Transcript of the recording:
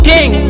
King